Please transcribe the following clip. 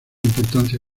importancia